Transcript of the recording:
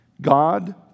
God